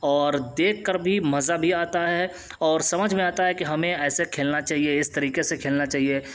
اور دیکھ کر بھی مزہ بھی آتا ہے اور سمجھ میں آتا ہے کہ ہمیں ایسے کھیلنا چاہیے اس طریقے سے کھیلنا چاہیے